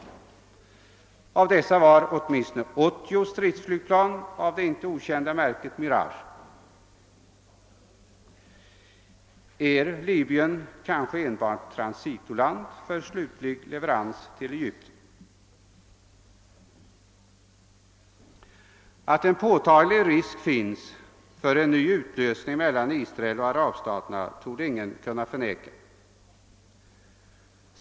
Av dessa var åtminstone 80 stridsflygplan av det inte okända märket Mirage. Är Libyen kanske enbart transitoland för en slutlig leverans till Egypten? Att en påtaglig risk finns för en ny utlösning mellan Israel och arabstaterna torde ingen kunna förneka.